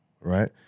right